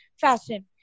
fashion